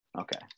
Okay